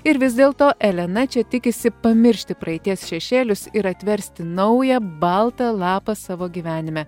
ir vis dėlto elena čia tikisi pamiršti praeities šešėlius ir atversti naują baltą lapą savo gyvenime